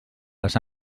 les